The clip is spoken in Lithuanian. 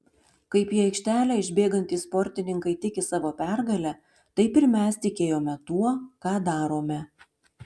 kaip į aikštelę išbėgantys sportininkai tiki savo pergale taip ir mes tikėjome tuo ką darome